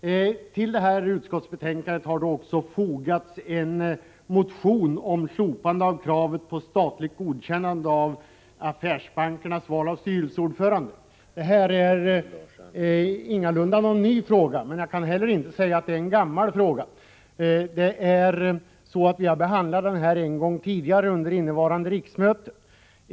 Till utskottsbetänkandet har också fogats en reservation om slopande av kravet på statligt godkännande av affärsbankernas val av styrelseordförande. Det är ingalunda någon ny fråga, men jag kan heller inte säga att det är en gammal fråga. Vi har behandlat den en gång tidigare under innevarande riksmöte.